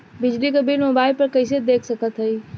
बिजली क bill mobile पर कईसे देख सकत हई?